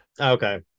Okay